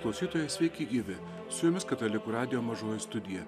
klausytojai sveiki gyvi su jumis katalikų radijo mažoji studija